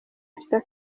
vita